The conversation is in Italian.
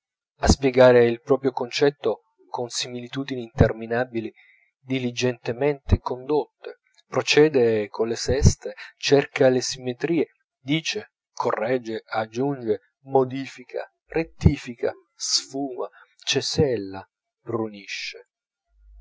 a spiegare il proprio concetto con similitudini interminabili diligentemente condotte procede colle seste cerca le simmetrie dice corregge aggiunge modifica rettifica sfuma cesella brunisce